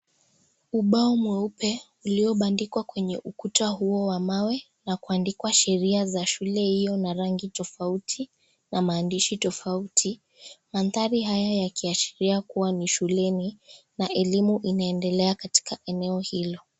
Ubao mweupe uliobandikwa kwenye ukuta huo wa mawe na kuandikwa sheria za shule hiyo na rangi tofauti na maandishi tofauti mandhari haya yakiashiria kuwa ni shuleni na elimu inaendelea katika eneo hilo.